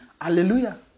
Hallelujah